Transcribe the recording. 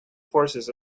forces